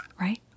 right